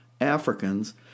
Africans